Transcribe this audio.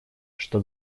что